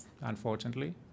unfortunately